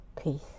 Peace